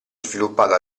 sviluppato